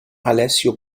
alessio